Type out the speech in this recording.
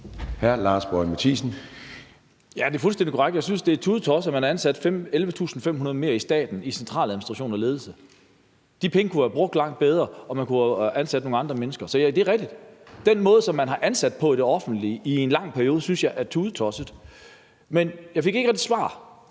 Ja, det er fuldstændig korrekt. Jeg synes, det er tudetosset, at man har ansat 11.500 mere i staten, i centraladministration og i ledelse. De penge kunne have været brugt langt bedre, og man kunne have ansat nogle andre mennesker. Det er rigtigt, at den måde, man har ansat på i det offentlige i en lang periode, synes jeg er tudetosset. Men jeg fik ikke rigtig svar